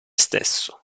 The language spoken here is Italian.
stesso